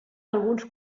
alguns